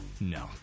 No